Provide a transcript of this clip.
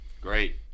Great